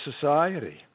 society